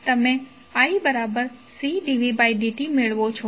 તો તમે iCd vd t મેળવો છો